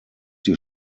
die